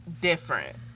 different